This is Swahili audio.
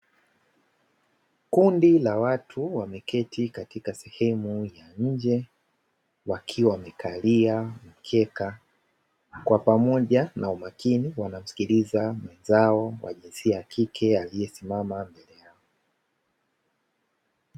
Kundi la watu wameketi katika sehemu ya nje wakiwa wamekalia mkeka, kwa pamoja na umakini wanamsikiliza mwenzao wa jinsia ya kike aliyesimama mbele yao.